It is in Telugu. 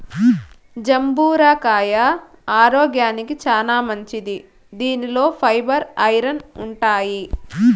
జంబూర కాయ ఆరోగ్యానికి చానా మంచిది దీనిలో ఫైబర్, ఐరన్ ఉంటాయి